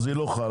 אז זה לא חל.